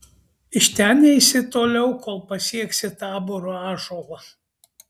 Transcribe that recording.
iš ten eisi toliau kol pasieksi taboro ąžuolą